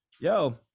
yo